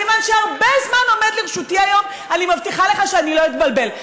כיוון שהרבה זמן עומד לרשותי היום אני מבטיחה לך שאני לא אתבלבל.